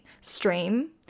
stream